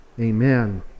Amen